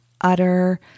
utter